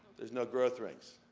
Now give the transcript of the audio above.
there's no growth rings.